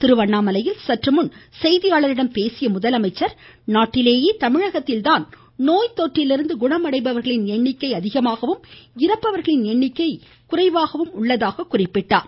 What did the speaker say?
திருவண்ணாமலையில் சற்றுமுன் செய்தியாளர்களிடம் பேசியஅவர் நாட்டிலேயே தமிழகத்தில்தான் நோய் தொற்றிலிருந்து குணமடைபவர்களின் எண்ணிக்கை அதிகமாகவும் இறப்பவர்களின் எண்ணிக்கை குறைவாகவும் உள்ளதாக கூறினார்